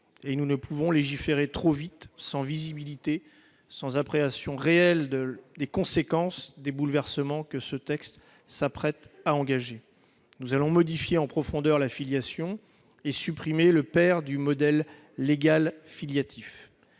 et nous ne saurions légiférer trop vite, sans visibilité, sans appréhension réelle des conséquences des bouleversements que ce texte vise à engager. Nous allons modifier en profondeur la filiation et supprimer le père du modèle légal de filiation.